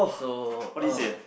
so uh